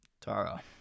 tara